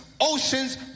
oceans